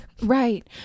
Right